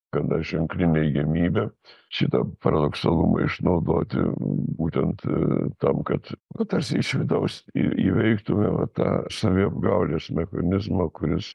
gana ženkli neigiamybė šitą paradoksalumą išnaudoti būtent tam kad nu tarsi iš vidaus į įveiktume va tą saviapgaulės mechanizmą kuris